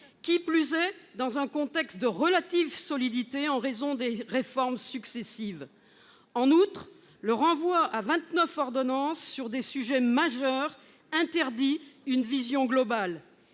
qui plus est dans le contexte de relative solidité auquel ont abouti les réformes successives. En outre, le renvoi à 29 ordonnances sur des sujets majeurs interdit une vision globale.